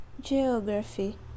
Geography